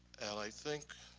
and i think